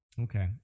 okay